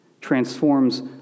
transforms